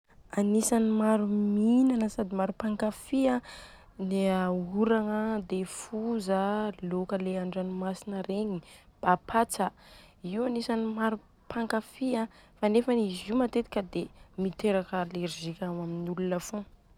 Agnisany maro mihinana sady maro mpankafy an dia oragna an, dia foza, lôka le andranomasina regny, a patsa. Io agnisany maro mpankafy fa nefa izy io matetika dia miteraka alerzika ho amin'olona fogna